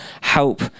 help